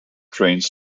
trains